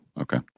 okay